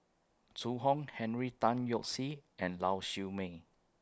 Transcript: Zhu Hong Henry Tan Yoke See and Lau Siew Mei